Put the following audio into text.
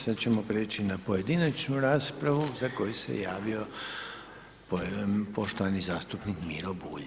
Sad ćemo priječi na pojedinačnu raspravu za koju se javio poštovani zastupnik Miro Bulj.